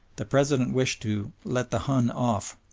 the president wished to let the hun off.